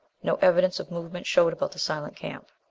no evidence of movement showed about the silent camp.